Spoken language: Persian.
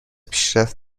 پیشرفت